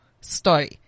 story